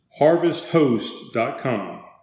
harvesthost.com